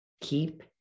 keep